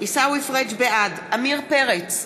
בעד עמיר פרץ,